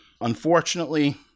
Unfortunately